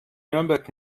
nürnberg